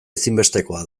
ezinbestekoa